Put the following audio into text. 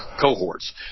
cohorts